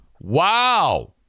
Wow